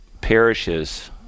parishes